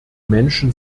menschen